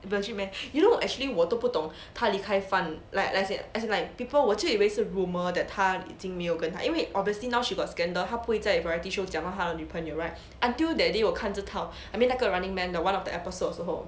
legit meh you know actually 我都不懂他离开范冰冰 like as in as in like people 我就以为是 rumour that 他已经没有跟他因为 obviously now she got scandal 她不会在 variety show 讲到他的女朋友 right until that day 我看这套 I mean 那个 running man 的 one of the episodes 的时候